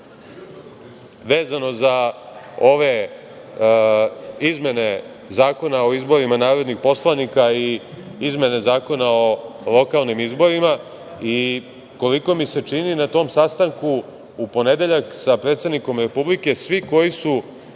vezano za ove izmene Zakona o izborima narodnih poslanika i izmene Zakona o lokalnim izborima i koliko mi se čini, na tom sastanku u ponedeljak sa predsednikom Republike, svi koji su